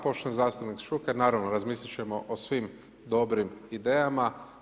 Poštovani zastupniče Šuker, naravno razmisliti ćemo o svim dobrim idejama.